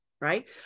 right